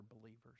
believers